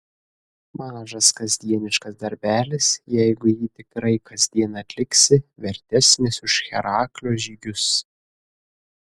mažas kasdieniškas darbelis jeigu jį tikrai kasdien atliksi vertesnis už heraklio žygius